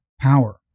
power